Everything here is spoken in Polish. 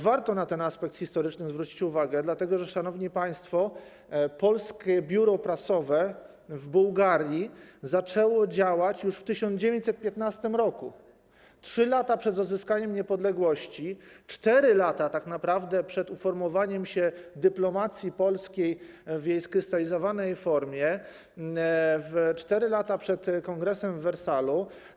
Warto na ten aspekt historyczny zwrócić uwagę, szanowni państwo, dlatego że polskie biuro prasowe w Bułgarii zaczęło działać już w 1915 r., 3 lata przed odzyskaniem niepodległości, 4 lata tak naprawdę przed uformowaniem się dyplomacji polskiej w jej skrystalizowanej formie, 4 lata przed kongresem w Wersalu.